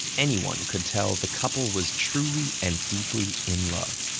anyone could tell the couple was truly and deeply in love.